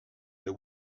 that